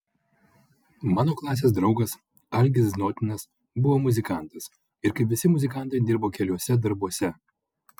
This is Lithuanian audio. mano klasės draugas algis znotinas buvo muzikantas ir kaip visi muzikantai dirbo keliuose darbuose